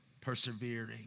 persevering